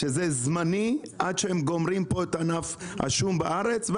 שזה זמני עד שהם גומרים פה את ענף השום בארץ.